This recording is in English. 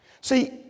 See